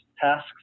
tasks